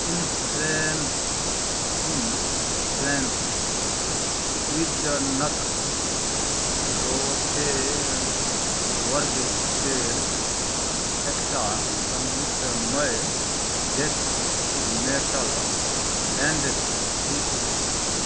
in flames in flames स्वीडनक Gothenburg केर एकटा संगीतमय डेथ मेटल बैण्ड थीक